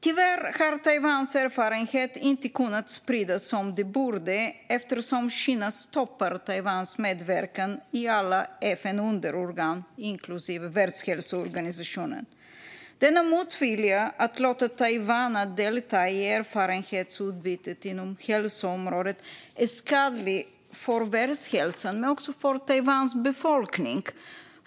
Tyvärr har Taiwans erfarenhet inte kunnat spridas som den borde, eftersom Kina stoppar Taiwans medverkan i alla FN:s underorgan, inklusive Världshälsoorganisationen. Denna motvilja mot att låta Taiwan delta i erfarenhetsutbytet inom hälsoområdet är skadlig för världshälsan men också för Taiwans befolkning.